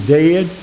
dead